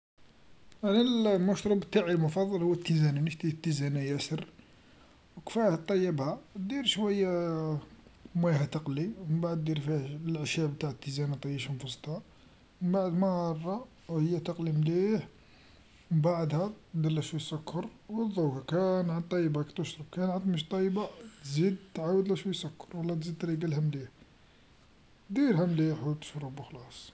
على المشروب المفضل تاعي هو التيزانه مش تيزانه ياسر و كفاه طيبها، دير شويا ميها تقلي و منبعد دير لعشاب تع تيزانه طيشهم في وسطها و منبعد ما را هي تقلي مليح منبعدها دير شويا سكر و نذوق كانها طيبا راك تشرب كانها ماش طيبا تزيد تعاودلو شويا سكر و لا نزيد تريقلها مليح، ديرها مليح و تشرب و خلاص.